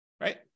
right